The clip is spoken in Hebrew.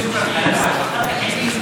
חבר הכנסת עפר שלח.